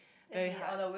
very hard